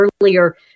earlier